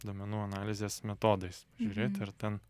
duomenų analizės metodais žiūrėt ar ten